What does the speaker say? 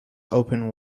open